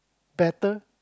better